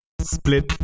Split